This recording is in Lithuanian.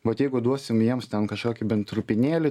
vat jeigu duosim jiems ten kažkokį bent trupinėlį